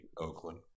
Oakland